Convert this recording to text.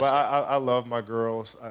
i love my girls.